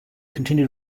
continued